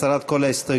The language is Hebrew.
הסרת כל ההסתייגויות,